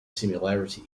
similarity